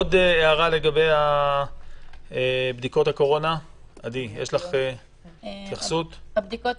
ברוב בתי הכנסת יש תפוסה